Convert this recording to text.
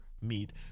meet